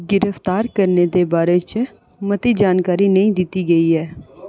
गिरफ्तार करने दे बारे च मती जानकारी नेईं दित्ती गेई ऐ